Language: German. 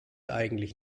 eigentlich